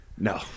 No